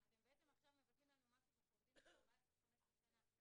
אתם בעצם עכשיו מבטלים לנו משהו שאנחנו עובדים אתו 15-14 שנה.